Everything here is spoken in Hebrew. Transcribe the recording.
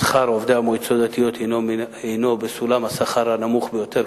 שכר עובדי המועצות הדתיות הינו בסולם השכר הנמוך ביותר,